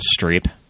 Streep